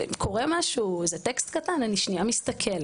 אם קורה משהו, איזה טקסט קטן אני שנייה מסתכל.